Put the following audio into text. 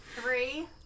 Three